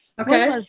Okay